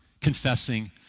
confessing